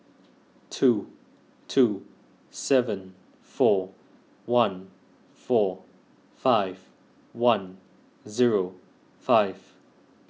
two two seven four one four five one zero five